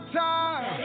time